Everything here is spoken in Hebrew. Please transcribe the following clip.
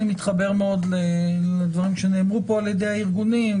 אני מתחבר מאוד לדברים שנאמרו פה על ידי הארגונים,